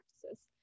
practices